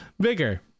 bigger